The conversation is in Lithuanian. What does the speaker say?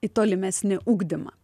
į tolimesnį ugdymą